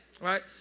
right